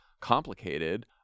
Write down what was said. complicated